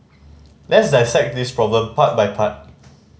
let's dissect this problem part by part